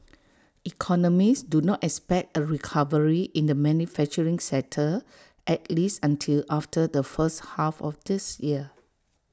economists do not expect A recovery in the manufacturing sector at least until after the first half of this year